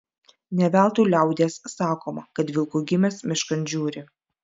ne veltui liaudies sakoma kad vilku gimęs miškan žiūri